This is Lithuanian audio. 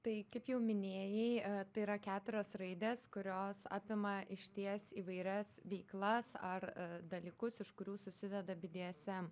tai kaip jau minėjai a tai yra keturias raidės kurios apima išties įvairias veiklas ar dalykus iš kurių susideda bdsm